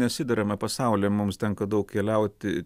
nesiderama pasaulyje mums tenka daug keliauti